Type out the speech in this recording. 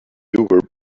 were